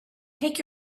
take